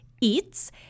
Eats